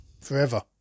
forever